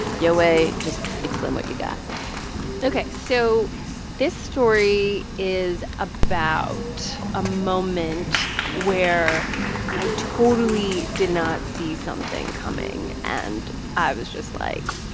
yowei, just explain what you got ok. so this story is about a moment where i totally did not see something coming. and i was just like,